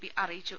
P അറിയിച്ചു